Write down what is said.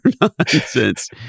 nonsense